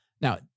Now